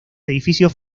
edificios